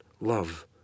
love